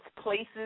places